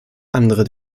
andere